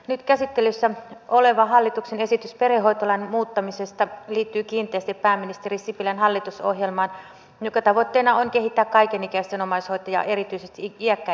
nyt käsittelyssä oleva hallituksen esitys perhehoitolain muuttamisesta liittyy kiinteästi pääministeri sipilän hallitusohjelmaan jonka tavoitteena on kehittää kaikenikäisten omaishoitoa ja erityisesti iäkkäiden perhehoitoa